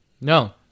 No